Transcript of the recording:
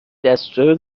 دستور